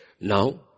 Now